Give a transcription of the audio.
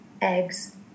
eggs